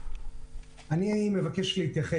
אני מבקש להתייחס.